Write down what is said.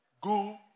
go